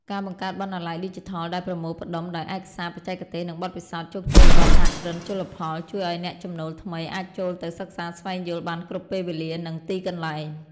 ការបង្កើតបណ្ណាល័យឌីជីថលដែលប្រមូលផ្ដុំដោយឯកសារបច្ចេកទេស និងបទពិសោធន៍ជោគជ័យរបស់សហគ្រិនជលផល ជួយឱ្យអ្នកចំណូលថ្មីអាចចូលទៅសិក្សាស្វែងយល់បានគ្រប់ពេលវេលា និងទីកន្លែង។